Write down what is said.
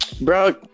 Bro